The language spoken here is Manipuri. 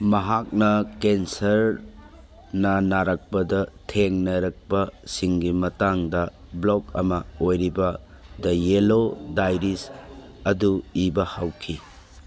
ꯃꯍꯥꯛꯅ ꯀꯦꯟꯁꯔ ꯅꯥꯔꯛꯄꯗ ꯊꯦꯡꯅꯔꯛꯄꯁꯤꯡꯒꯤ ꯃꯇꯥꯡꯗ ꯕ꯭ꯂꯣꯛ ꯑꯃ ꯑꯣꯏꯔꯤꯕ ꯗ ꯌꯦꯜꯂꯣ ꯗꯥꯏꯔꯤꯁ ꯑꯗꯨ ꯏꯕ ꯍꯧꯈꯤ